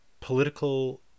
political